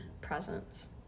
presence